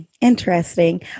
Interesting